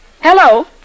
Hello